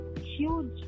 huge